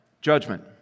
judgment